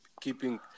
keeping